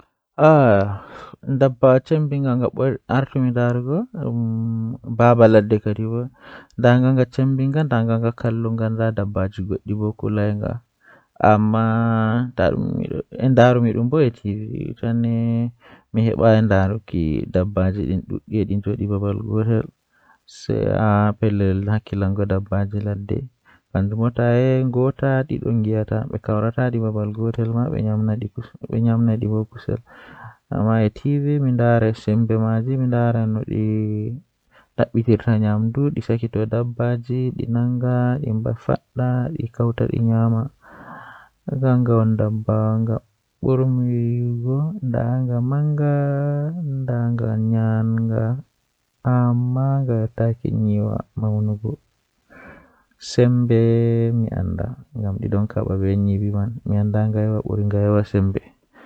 Eh ndikkima,I ,I daana be law nden mi fina bo be law, dalila bo ko wadi ngam tomi yahan kuugal mifina be law mi dilla kuugal am egaa law nden tomi tomi warti mi somi mi lora mi waal mi daana be law.